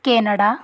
Canada